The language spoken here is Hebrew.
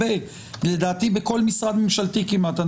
לדעתי, בכל משרד ממשלתי כמעט.